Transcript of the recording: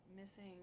missing